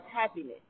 happiness